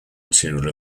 material